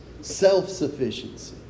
Self-sufficiency